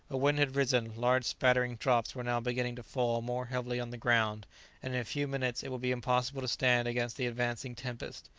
a wind had risen large spattering drops were now beginning to fall more heavily on the ground and in a few minutes it would be impossible to stand against the advancing tempest.